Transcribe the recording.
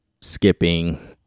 skipping